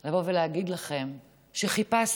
לבוא ולהגיד לכם שחיפשתי